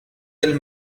del